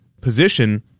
position